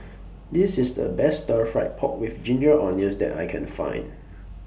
This IS The Best Stir Fried Pork with Ginger Onions that I Can Find